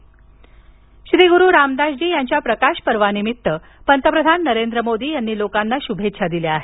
शभेच्छा श्री गुरु रामदास जी यांच्या प्रकाश पर्वानिमित्तानं पंतप्रधान नरेंद्र मोदी यांनी लोकांना शुभेच्छा दिल्या आहेत